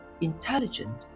intelligent